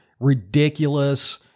ridiculous